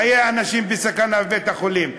חיי האנשים בסכנה בבית-החולים.